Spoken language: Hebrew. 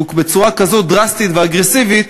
כשהוא בצורה כזאת דרסטית ואגרסיבית,